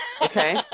Okay